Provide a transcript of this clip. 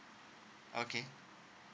okay